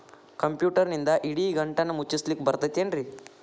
ಕಂಪ್ಯೂಟರ್ನಿಂದ್ ಇಡಿಗಂಟನ್ನ ಮುಚ್ಚಸ್ಲಿಕ್ಕೆ ಬರತೈತೇನ್ರೇ?